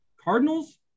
Cardinals